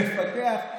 מפקח משנה?